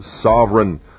sovereign